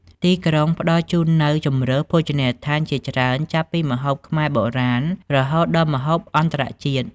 ទីក្រុងផ្ដល់ជូននូវជម្រើសភោជនីយដ្ឋានជាច្រើនចាប់ពីម្ហូបខ្មែរបុរាណ រហូតដល់ម្ហូបអន្តរជាតិ ។